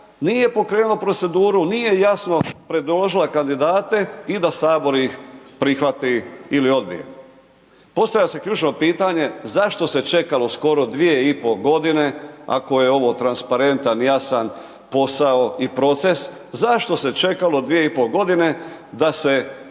nije pokrenula proceduru, nije jasno predložila kandidate i da Sabor ih prihvati ili odbije. Postavlja se ključno pitanje, zašto se čekalo skoro 2,5 godine, ako je ovo transparentan, jasan posao i proces, zašto se čekalo 2,5 godine, da se